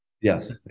Yes